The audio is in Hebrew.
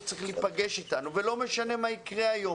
צריך להיפגש אתנו ולא משנה מה יקרה היום,